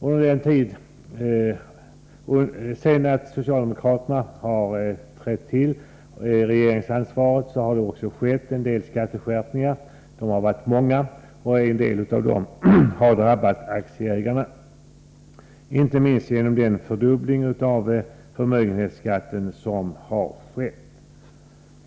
Under den socialdemokratiska regeringstiden har skatteskärpningarna varit många, och en del av dessa har drabbat aktieägarna — inte minst genom den fördubbling av förmögenhetsbeskattningen som skett.